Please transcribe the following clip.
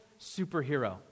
superhero